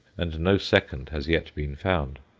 and no second has yet been found.